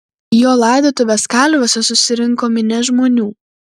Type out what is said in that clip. į jo laidotuves kalviuose susirinko minia žmonių